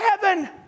heaven